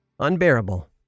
Unbearable